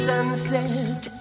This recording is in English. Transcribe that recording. Sunset